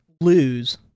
lose